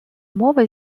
мова